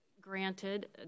granted